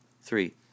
three